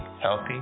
healthy